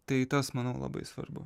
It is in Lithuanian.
tai tas manau labai svarbu